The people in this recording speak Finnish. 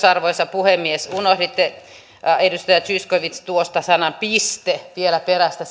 arvoisa puhemies unohditte edustaja zyskowicz tuosta sanan piste vielä sitaattien perästä